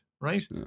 right